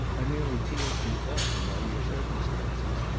i merely feel she ought to know your circumstances.